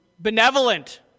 Benevolent